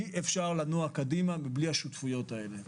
אי אפשר לנוע קדימה מבלי השותפויות האלה.